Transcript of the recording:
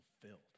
fulfilled